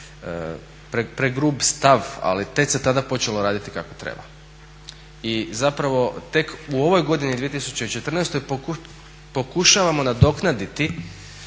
pregrub stav, ali tek se tada počelo raditi kako treba. i zapravo tek u ovoj godini 2014.pokušavamo nadoknaditi